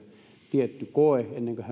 tietty koe ennen kuin